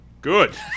Good